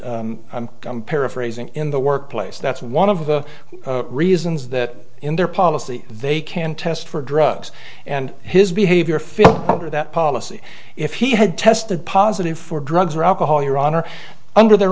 i'm paraphrasing in the workplace that's one of the reasons that in their policy they can test for drugs and his behavior feel under that policy if he had tested positive for drugs or alcohol your honor under their